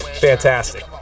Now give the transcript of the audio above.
Fantastic